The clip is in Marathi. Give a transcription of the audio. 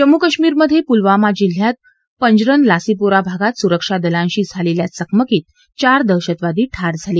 जम्मू कश्मीरमधे पुलवामा जिल्ह्यात पंजरन लासीपोरा भागात सुरक्षा दलांशी झालेल्या चकमकीत चार दहशतवादी ठार झाले